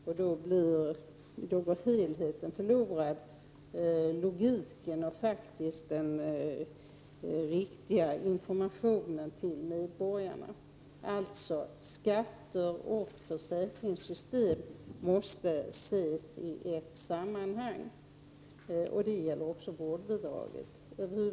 Helheten går förlorad, logiken och faktiskt den riktiga informationen till medborgarna. Skatter och försäkringssystemet måste ses i ett sammanhang. Det gäller också vårdbidraget.